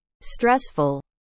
stressful